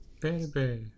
Baby